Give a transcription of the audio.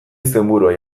izenburua